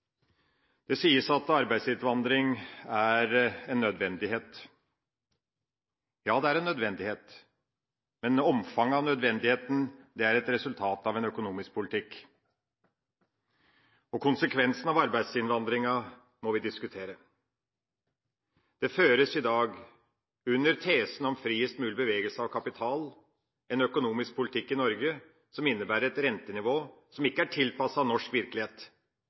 Det sies at arbeidsinnvandring er en nødvendighet. Ja, det er en nødvendighet, men omfanget av nødvendigheten er et resultat av en økonomisk politikk, og konsekvensene av arbeidsinnvandringa må vi diskutere. Det føres i dag – under tesen om friest mulig bevegelse av kapital – en økonomisk politikk i Norge som innebærer et rentenivå som ikke er tilpasset norsk virkelighet,